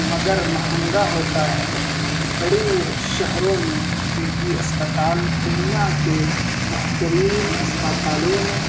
مگر مہنگا ہوتا ہے بڑے شہروں میں نجی اسپتال دنیا کے بہترین اسپتالوں میں